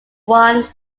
one